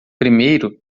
primeiro